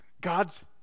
God's